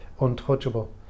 untouchable